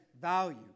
value